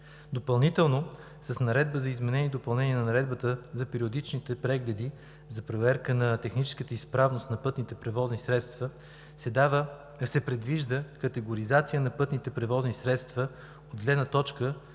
Допълнително, с наредба за изменение и допълнение на Наредбата за периодичните прегледи за проверка на техническата изправност на пътните превозни средства се предвижда категоризация на пътните превозни средства от гледна точка